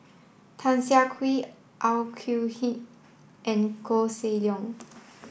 Tan Siah Kwee Au Yee and Koh Seng Leong